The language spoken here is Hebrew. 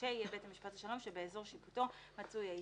ו-25ה יהיה בית משפט השלום שבאזור שיפוטו מצוי העיסוק.